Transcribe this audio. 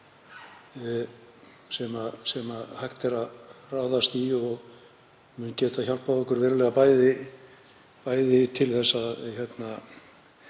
sem hægt er að ráðast í og mun geta hjálpað okkur verulega til að